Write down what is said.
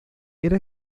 era